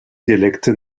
dialekte